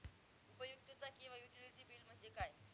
उपयुक्तता किंवा utility bill म्हणजे काय?